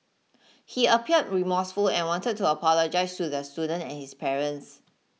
he appeared remorseful and wanted to apologise to the student and his parents